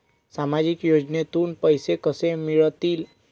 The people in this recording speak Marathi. सामाजिक योजनेतून पैसे कसे मिळतील?